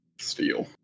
steel